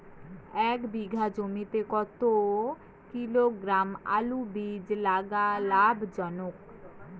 এক বিঘা জমিতে কতো কিলোগ্রাম আলুর বীজ লাগা লাভজনক?